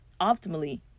optimally